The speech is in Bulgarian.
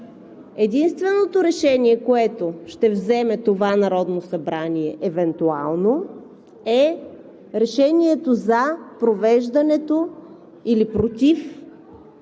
единственото решение, което ще вземе това Народно събрание, евентуално, е решението за провеждането или против